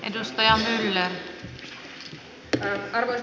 arvoisa rouva puhemies